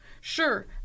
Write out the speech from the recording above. Sure